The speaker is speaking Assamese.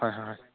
হয় হয় হয়